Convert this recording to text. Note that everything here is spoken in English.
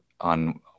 on